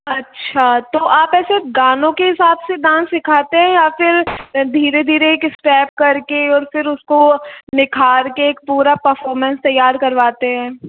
अच्छा तो आप ऐसे गानों के हिसाब से डांस सीखते हैं या फिर धीरे धीरे एक स्टेप करके और फिर उसको निखार के एक पूरा परफॉमेंस तैयार करवाते है